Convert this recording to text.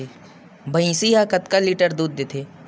भंइसी हा कतका लीटर दूध देथे?